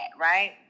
right